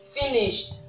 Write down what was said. Finished